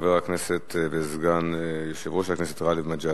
חבר הכנסת וסגן יושב-ראש הכנסת גאלב מג'אדלה.